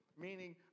Meaning